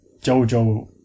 Jojo